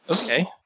okay